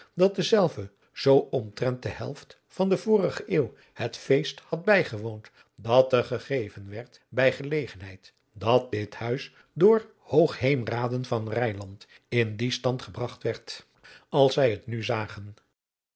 dat dezelve zoo omtrent de helft van de vorige eeuw het feest had bijgewoond dat er gegeven werd bij gelegenheid dat dit huis door hoogheemraden van rijnland in dien stand gebragt werd als zij het nu zagen